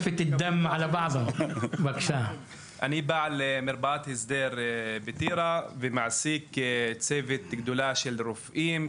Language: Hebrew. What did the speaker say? אני בעל מרפאת הסדר בטירה ומעסיק צוות גדול של רופאים,